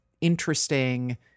interesting